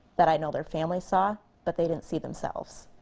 that i know their families saw. but they didn't see themselves.